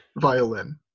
violin